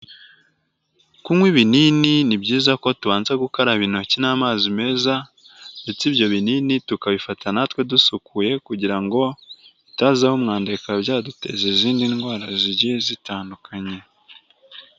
Kunywa ibinini, ni byiza ko tubanza gukaraba intoki n'amazi meza, ndetse ibyo binini tukabifata natwe dusukuye, kugira ngo itaziho umwanda bikaba byaduteza izindi ndwara zigiye zitandukanye.